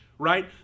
right